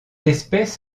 espèce